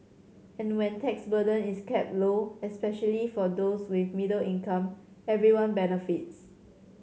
and when tax burden is kept low especially for those with middle income everyone benefits